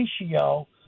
ratio